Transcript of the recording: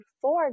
four